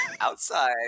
outside